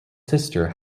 sister